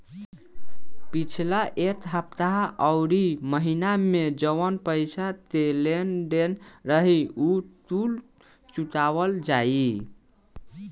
पिछला एक हफ्ता अउरी महीना में जवन पईसा के लेन देन रही उ कुल चुकावल जाई